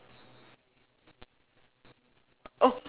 oh